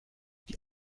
die